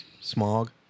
smog